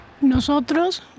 Nosotros